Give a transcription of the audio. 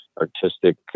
artistic